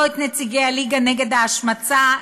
לא את נציגי הליגה נגד ההשמצה,